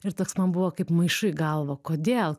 ir toks man buvo kaip maišu į galvą kodėl